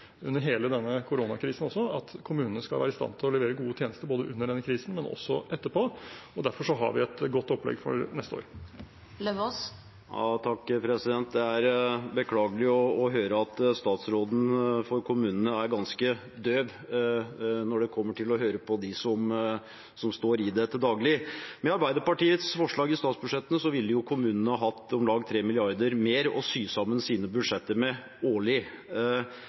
kommunene skal være i stand til å levere gode tjenester både under denne krisen og etterpå. Derfor har vi et godt opplegg for neste år. Det åpnes for oppfølgingsspørsmål – først Stein Erik Lauvås. Det er beklagelig å høre at statsråden for kommunene er ganske døv når det kommer til å høre på dem som står i det til daglig. Med Arbeiderpartiets forslag til statsbudsjett ville kommunene ha hatt om lag 3 mrd. kr mer å sy sammen sine budsjetter med